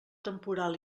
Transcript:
temporal